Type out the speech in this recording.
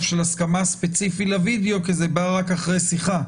של הסכמה ספציפית לווידיאו כי זה בא רק אחרי שיחה,